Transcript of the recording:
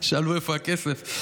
שאלו איפה הכסף.